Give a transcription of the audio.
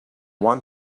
one